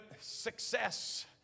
success